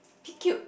pick cute